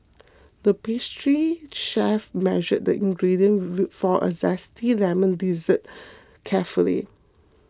the pastry chef measured the ingredients for a Zesty Lemon Dessert carefully